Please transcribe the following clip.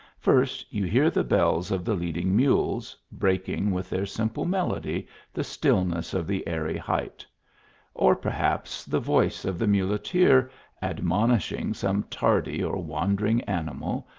first you hear the bells of the leading mules, breaking with their simple melody the stillness of the airy height or, perhaps, the voice of the muleteer ad monishing some tardy or wandering animal,